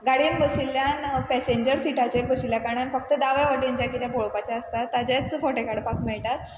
गाडयेन बशिल्ल्यान पेसेंजर सिटाचेर बशिल्ल्यान जें दावे वटेन जें कितें पळोवपाचें आसता ताचेच फोटे काडपाक मेळटात